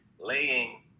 laying